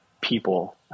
people